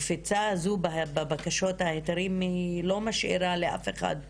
הקפיצה הזו בבקשות ההיתרים היא לא משאירה לאף אחד כאילו.